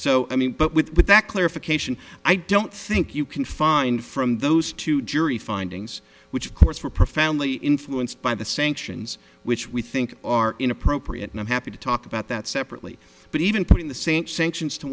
so i mean but with that clarification i don't think you can find from those two jury findings which of course were profoundly influenced by the sanctions which we think are inappropriate and i'm happy to talk about that separately but even putting the same sanctions to